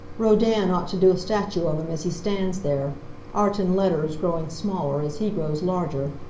rodin ought to do a statue of him as he stands there art and letters growing smaller as he grows larger.